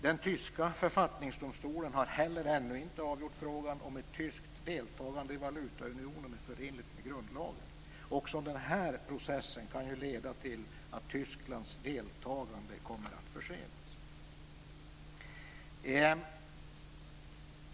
Den tyska författningsdomstolen har ännu inte avgjort frågan om ett tyskt deltagande i valutaunionen är förenligt med grundlagen. Också denna process kan ju leda till att Tysklands deltagande kommer att försenas.